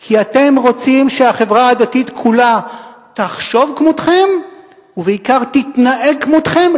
כי אתם רוצים שהחברה הדתית כולה תחשוב כמותכם ובעיקר תתנהג כמותכם,